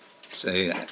say